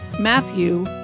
Matthew